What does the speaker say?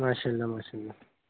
ماشاء اللہ ماشاء اللہ